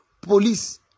police